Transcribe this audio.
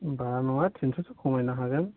होनबा नङाबा थिनस'सो खमायनो हागोन